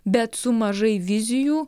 bet su mažai vizijų